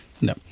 No